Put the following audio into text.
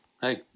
hey